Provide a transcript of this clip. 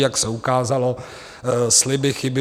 Jak se ukázalo, sliby, chyby.